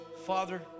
Father